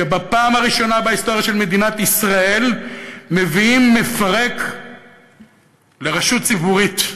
שבפעם הראשונה בהיסטוריה של מדינת ישראל מביאים מפרק לרשות ציבורית.